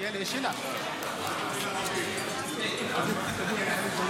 בשפה הערבית.) גמרת לטפל בבעיות בגבול